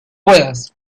puedas